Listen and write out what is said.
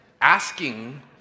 asking